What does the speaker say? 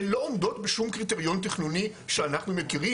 הן לא עומדות בשום קריטריון תכנוני שאנחנו מכירים